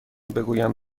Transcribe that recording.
بگویم